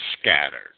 scattered